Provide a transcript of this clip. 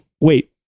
wait